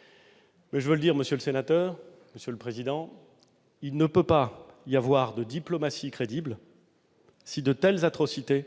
syrien. Mais, monsieur le président, je veux le dire, il ne peut pas y avoir de diplomatie crédible si de telles atrocités